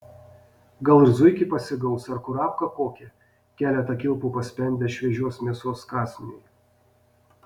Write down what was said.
gal ir zuikį pasigaus ar kurapką kokią keletą kilpų paspendęs šviežios mėsos kąsniui